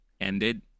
ended